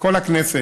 כל הכנסת,